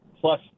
plus